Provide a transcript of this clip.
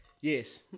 Yes